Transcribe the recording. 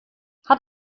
hat